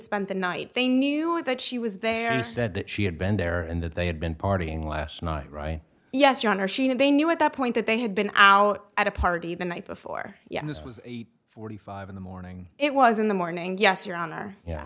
spent the night they knew that she was there and said that she had been there and that they had been partying last night right yes your honor she knew they knew at that point that they had been out at a party the night before yet this was forty five in the morning it was in the morning yes your honor yeah